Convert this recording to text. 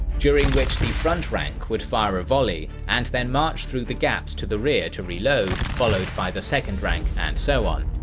during which the front rank would fire a volley and then march through gaps to the rear to reload, followed by the second rank, and so on.